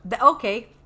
Okay